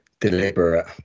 deliberate